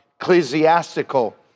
ecclesiastical